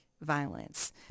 violence